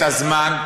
את הזמן.